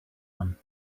one